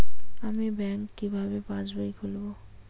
আমি ব্যাঙ্ক কিভাবে পাশবই খুলব?